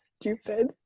stupid